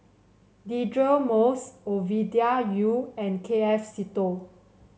Deirdre Moss Ovidia Yu and K F Seetoh